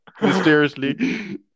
Mysteriously